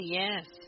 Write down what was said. yes